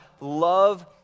love